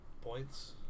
points